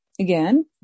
Again